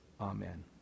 Amen